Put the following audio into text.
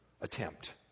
attempt